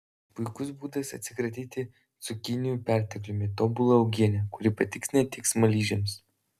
puikus būdas atsikratyti cukinijų pertekliumi tobula uogienė kuri patiks ne tik smaližiams